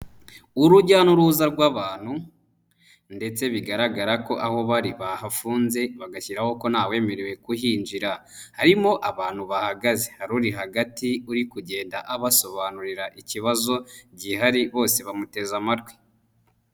Urujya n'uruza rw'abantu ndetse bigaragara ko aho bari bahafunze bagashyiraho ko ntawemerewe kuhinjira. Harimo abantu bahagaze. Hari uri hagati uri kugenda abasobanurira ikibazo gihari, bose bamuteze amatwi.